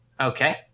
Okay